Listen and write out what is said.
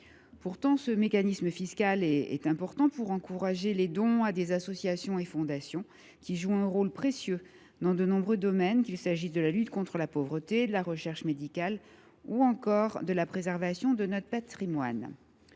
Pourtant, un tel mécanisme fiscal est important pour encourager les dons à des associations et fondations, qui jouent un rôle précieux dans de nombreux domaines, qu’il s’agisse de la lutte contre la pauvreté, de la recherche médicale ou encore de la préservation de notre patrimoine.